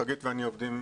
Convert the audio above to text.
חגית ואני עובדים,